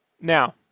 Now